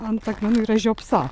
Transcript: ant akmenų yra žiopsa